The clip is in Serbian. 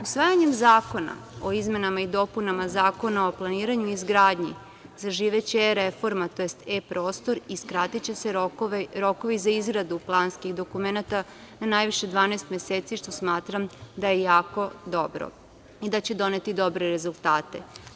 Usvajanjem zakona o izmenama i dopunama Zakona o planiranju i izgradnji zaživeće e-reforma, tj. e-prostor i skratiće se rokovi za izradu planskih dokumenata na najviše 12 meseci, što smatram da je jako dobro i da će doneti dobre rezultate.